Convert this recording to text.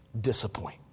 disappoint